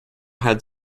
had